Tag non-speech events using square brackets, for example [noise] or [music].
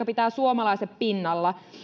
[unintelligible] pitää suomalaiset pinnalla